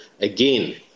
again